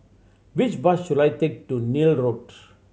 which bus should I take to Neil Road